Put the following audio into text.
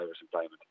employment